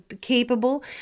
capable